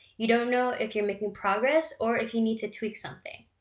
you don't know if you're making progress, or if you need to tweak something.